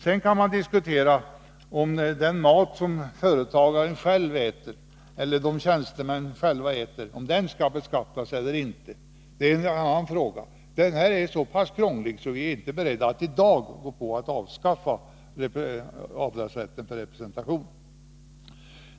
Sedan kan man diskutera om den mat som företagaren eller tjänstemännen själva äter skall beskattas eller inte. Det är en annan fråga. Problemet är så pass krångligt att vi i dag inte är beredda att avskaffa avdragsrätten för representation.